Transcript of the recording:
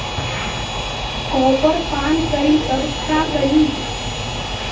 Copper पान करी तब का करी?